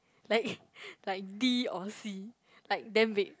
like like D or C like damn vague